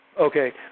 Okay